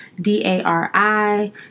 d-a-r-i